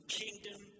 kingdom